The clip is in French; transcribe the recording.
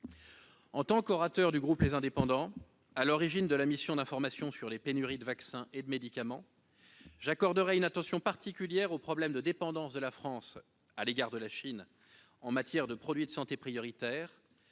En tant que membre du groupe Les Indépendants, à l'origine de la mission d'information sur les pénuries de médicaments et de vaccins, j'accorderai une attention particulière au problème de la dépendance de la France à l'égard de la Chine en matière de produits de santé prioritaires,